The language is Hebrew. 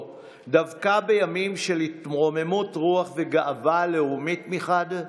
דווקא בימים של התרוממות רוח וגאווה לאומית מחד גיסא,